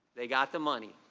they got the money.